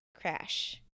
crash